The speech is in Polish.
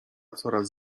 coraz